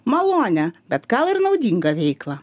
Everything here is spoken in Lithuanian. malonią bet gal ir naudingą veiklą